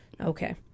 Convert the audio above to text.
Okay